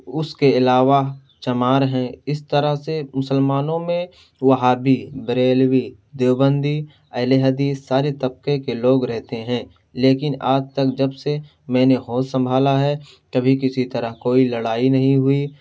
اس کے علاوہ چمار ہے اس طرح سے مسلمانوں میں وہابی بریلوی دیوبندی اہل حدیث ساری طبقے کے لوگ رہتے ہیں لیکن آج تک جب سے میں نے ہوش سنبھالا ہے کبھی کسی طرح کوئی لڑائی نہیں ہوئی